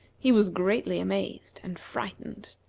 he was greatly amazed, and frightened.